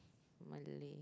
malay